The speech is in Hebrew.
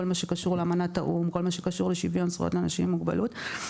כל מה שקשור לאמנת האו"ם ושוויון זכויות לאנשים עם מוגבלות.